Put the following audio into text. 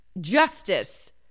justice